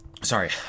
Sorry